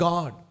God